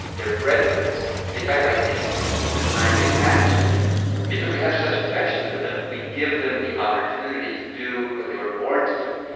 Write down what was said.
they're bred for this. they fight by instinct from the time they hatch. and because we have such affection for them, we give them the opportunity to do what they were born to do.